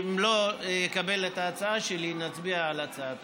אם הוא לא יקבל את ההצעה שלי, נצביע על הצעת